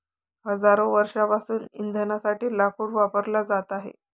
हजारो वर्षांपासून इंधनासाठी लाकूड वापरला जात आहे